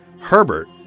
Herbert